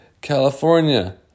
California